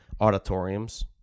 auditoriums